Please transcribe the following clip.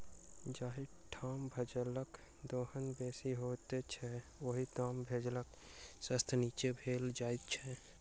जाहि ठाम भूजलक दोहन बेसी होइत छै, ओहि ठाम भूजलक स्तर नीचाँ भेल जाइत छै